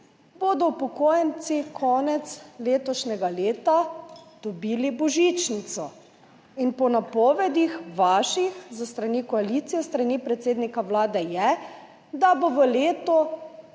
bodo upokojenci konec letošnjega leta dobili božičnico in vaša napoved, s strani koalicije, s strani predsednika Vlade, je, da bo v letu